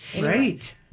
Right